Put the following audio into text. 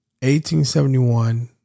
1871